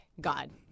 god